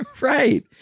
Right